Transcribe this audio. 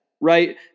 right